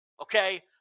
okay